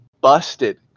busted